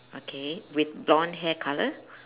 okay with blonde hair colour